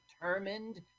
determined